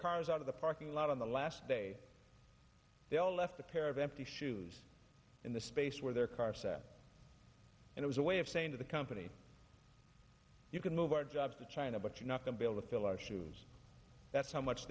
cars out of the parking lot on the last day they all left a pair of empty shoes in the space where their car sat and it was a way of saying to the company you can move our jobs to china but you're not going to be able to fill our shoes that's how much